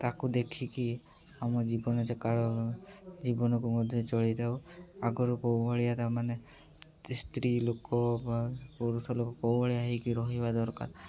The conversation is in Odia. ତାକୁ ଦେଖିକି ଆମ ଜୀବନକାଳ ଜୀବନକୁ ମଧ୍ୟ ଚଳିଥାଉ ଆଗରୁ କେଉଁଭଳିଆ ତାମାନେ ସ୍ତ୍ରୀ ଲୋକ ପୁରୁଷ ଲୋକ କେଉଁଭଳିଆ ହେଇକି ରହିବା ଦରକାର